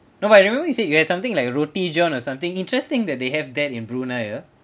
no I remember you said you have something like roti john or something interesting that they have that in brunei ya